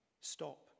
stop